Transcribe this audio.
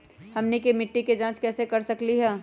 हमनी के मिट्टी के जाँच कैसे कर सकीले है?